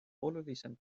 olulisem